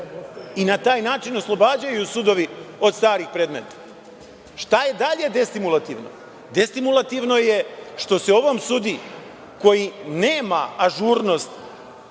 i na taj način oslobađaju sudovi od starih predmeta. Šta je dalje destimulativno? Destimulativno je što se ovom sudiji koji nema ažurnost,